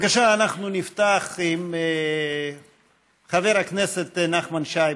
בבקשה, אנחנו נפתח עם חבר הכנסת נחמן שי.